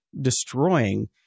destroying